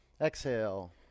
Exhale